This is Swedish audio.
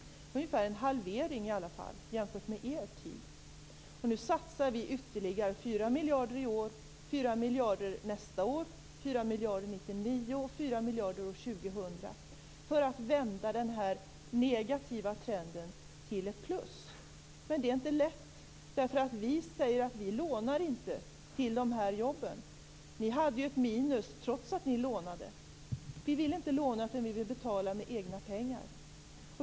Det är ungefär en halvering i alla fall jämfört med er tid. Nu satsar vi ytterligare 4 miljarder i år, 4 miljarder nästa år, 4 miljarder 1999 och 4 miljarder år 2000 för att vända den negativa trenden till ett plus. Men det är inte lätt. Vi säger att vi inte lånar till jobben. Ni hade ett minus trots att ni lånade. Vi vill inte låna utan betala med egna pengar.